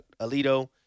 Alito